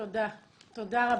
תודה רבה.